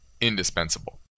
indispensable